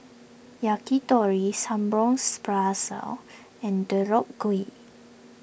Yakitori and Deodeok Gui